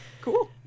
Cool